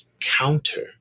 counter